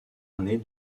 année